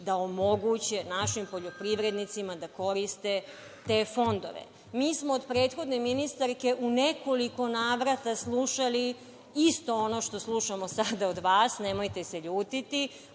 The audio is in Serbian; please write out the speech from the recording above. da omoguće našim poljoprivrednicima da koriste te fondove. Mi smo od prethodne ministarke u nekoliko navrata slušali isto ono što slušamo sada od vas. Nemojte se ljutiti,